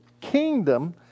kingdom